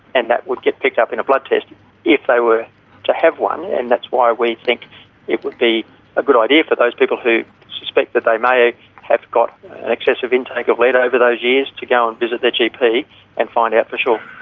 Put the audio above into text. and that would get picked up in a blood test if they were to have one, yeah and that's why we think it would be a good idea for those people who suspect that they may have got an excessive intake of lead over the those years to go and visit their gp and find out for sure.